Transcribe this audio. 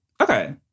Okay